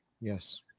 Yes